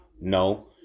no